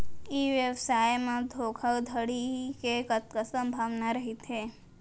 ई व्यवसाय म धोका धड़ी के कतका संभावना रहिथे?